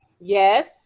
Yes